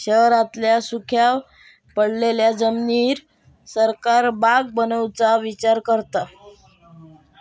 शहरांतल्या सुख्या पडलेल्या जमिनीर सरकार बाग बनवुचा विचार करता